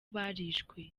barishwe